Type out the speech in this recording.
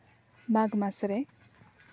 ᱢᱟᱜᱽ ᱢᱟᱥᱨᱮ